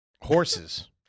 Horses